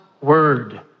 word